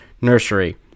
Nursery